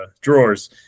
drawers